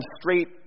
straight